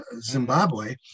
Zimbabwe